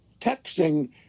texting